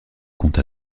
comte